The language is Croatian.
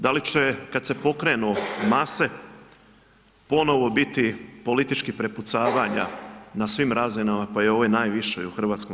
Da li će kad se pokrenu mase ponovo biti političkih prepucavanja na svim razinama, pa i u ovoj najvišoj u HS?